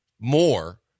More